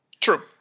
True